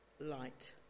light